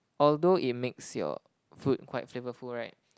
although it makes your food quite flavorful right